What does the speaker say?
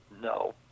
No